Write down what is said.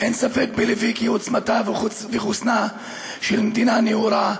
אין ספק בליבי כי עוצמתה וחוסנה של מדינה נאורה,